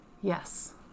Yes